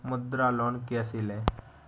मुद्रा लोन कैसे ले?